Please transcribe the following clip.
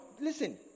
listen